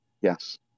Yes